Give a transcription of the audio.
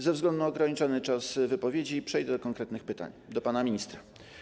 Ze względu na ograniczony czas wypowiedzi, przejdę do konkretnych pytań do pana ministra.